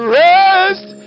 rest